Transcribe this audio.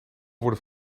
worden